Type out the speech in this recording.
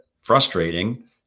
frustrating